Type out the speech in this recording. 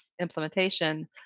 implementation